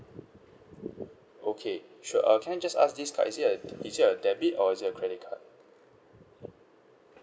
okay sure uh can I just ask this card is it a is it a debit or is it a credit card